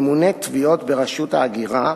ממונה תביעות ברשות ההגירה,